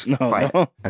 no